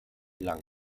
lang